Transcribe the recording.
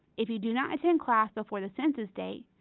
if you do not attend class before the census date,